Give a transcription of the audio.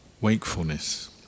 wakefulness